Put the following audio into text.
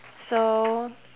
so